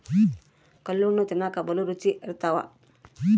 ಕಲ್ಲಣ್ಣು ತಿನ್ನಕ ಬಲೂ ರುಚಿ ಇರ್ತವ